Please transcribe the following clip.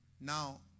now